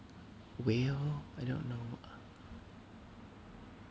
well I don't know